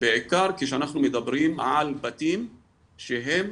בעיקר כשאנחנו מדברים על בתים שהם